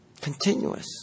Continuous